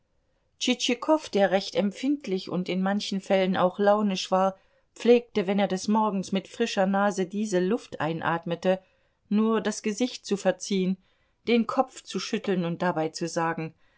der recht empfindlich und in manchen fällen auch launisch war pflegte wenn er des morgens mit frischer nase diese luft einatmete nur das gesicht zu verziehen den kopf zu schütteln und dabei zu sagen